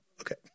Okay